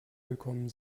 gekommen